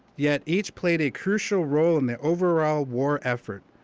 yet, each played a crucial role in the overall war effort.